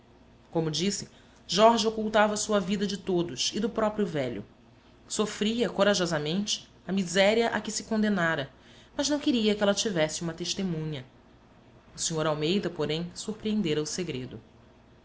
como disse jorge ocultava sua vida de todos e do próprio velho sofria corajosamente a miséria a que se condenara mas não queria que ela tivesse uma testemunha o sr almeida porém surpreendera o segredo